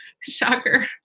Shocker